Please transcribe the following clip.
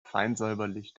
feinsäuberlich